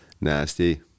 Nasty